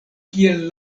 kiel